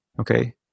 Okay